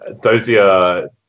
Dozier